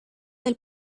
del